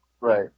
Right